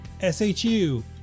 SHU